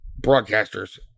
broadcasters